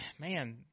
man